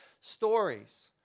stories